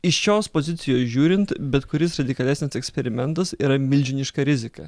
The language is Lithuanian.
iš šios pozicijos žiūrint bet kuris radikalesnis eksperimentas yra milžiniška rizika